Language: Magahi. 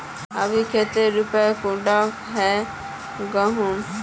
अभी कते रुपया कुंटल है गहुम?